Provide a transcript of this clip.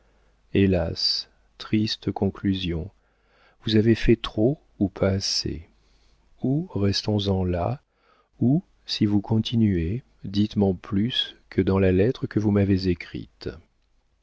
hélas triste conclusion vous avez fait trop ou pas assez ou restons-en là ou si vous continuez dites men plus que dans la lettre que vous m'avez écrite